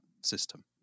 system